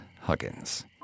Huggins